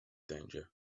danger